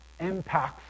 impactful